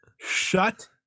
Shut